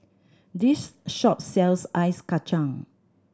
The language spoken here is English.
this shop sells Ice Kachang